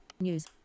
News